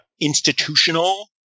institutional